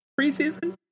preseason